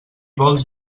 vols